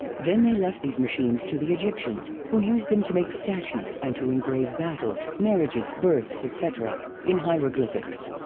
then they left these machines to the egyptians, who used them to make statues and to engrave battles, marriages, births etc. in hieroglyphics.